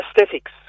aesthetics